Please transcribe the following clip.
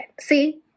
See